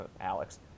Alex